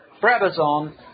Brabazon